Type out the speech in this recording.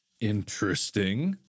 interesting